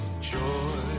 joy